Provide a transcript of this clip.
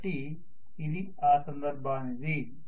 కాబట్టి ఇది ఆ సందర్భానిది